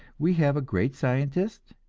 we have a great scientist,